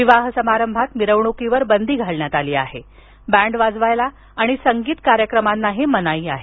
विवाह समारंभात मिरवणुकीवर बंदी घालण्यात आली आहे तसंच बैंड वाजवण्यास आणि संगीत कार्यक्रमांनाही मनाई आहे